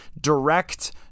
direct